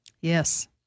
Yes